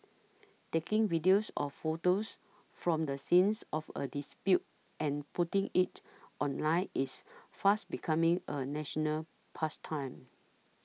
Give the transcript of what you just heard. taking videos or photos from the scene of a dispute and putting it online is fast becoming a national pastime